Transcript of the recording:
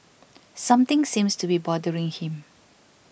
something seems to be bothering him